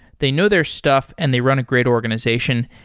they know their stuff and they run a great organization.